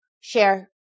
share